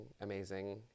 amazing